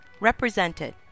Represented